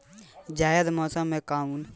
जायद मौसम में काउन काउन महीना आवेला?